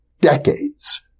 decades